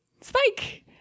Spike